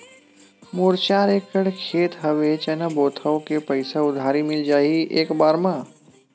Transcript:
मोर चार एकड़ खेत हवे चना बोथव के पईसा उधारी मिल जाही एक बार मा?